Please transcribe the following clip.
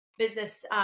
business